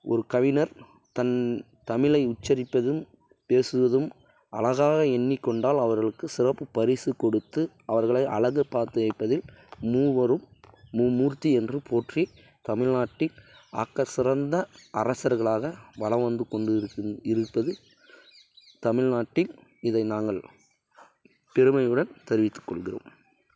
ஒரு கவிஞர் தன் தமிழை உச்சரிப்பதும் பேசுவதும் அழகாக எண்ணிக்கொண்டால் அவர்களுக்கு சிறப்பு பரிசு கொடுத்து அவர்களை அழகு பார்த்து வைப்பதில் மூவரும் மும்மூர்த்தி என்று போற்றி தமிழ்நாட்டின் ஆக்க சிறந்த அரசர்களாக வலம் வந்து கொண்டிருக்கி இருப்பது தமிழ்நாட்டின் இதை நாங்கள் பெருமையுடன் தெரிவித்து கொள்கிறோம்